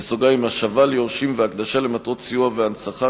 (השבה ליורשים והקדשה למטרות סיוע והנצחה),